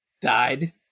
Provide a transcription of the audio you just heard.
died